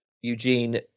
Eugene